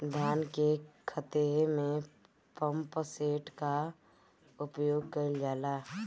धान के ख़हेते में पम्पसेट का उपयोग कइल जाला?